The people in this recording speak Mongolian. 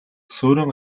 суурин